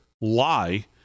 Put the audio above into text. lie